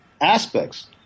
aspects